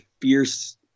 fierce